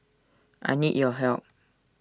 I need your help